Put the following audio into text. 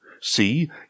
See